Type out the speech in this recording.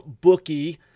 bookie